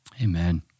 Amen